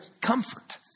comfort